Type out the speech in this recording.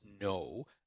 no